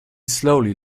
slowly